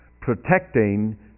protecting